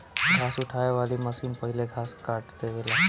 घास उठावे वाली मशीन पहिले घास काट देवेला